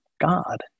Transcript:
God